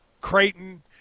Creighton